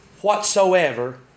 whatsoever